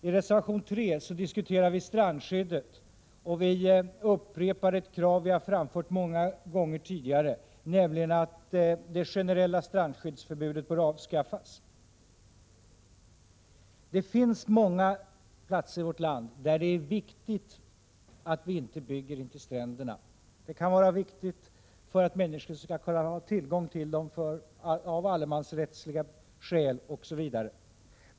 I reservation 3 diskuterar vi strandskyddet, och vi upprepar ett krav som vi har framfört många gånger tidigare, nämligen att det generella strandskyddet bör avskaffas. Det finns många platser i vårt land där det är viktigt att vi inte bygger intill stränderna. Det kan vara viktigt för att människor skall kunna ha tillgång till stränderna av allemansrättsliga skäl osv.